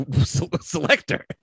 selector